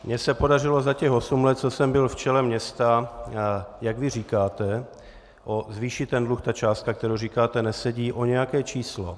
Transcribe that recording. Mně se podařilo za těch osm let, co jsem byl v čele města, jak vy říkáte, zvýšit ten dluh ta částka, kterou říkáte, nesedí o nějaké číslo.